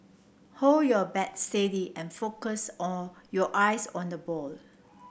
hold your bat steady and focus your eyes on the ball